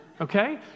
okay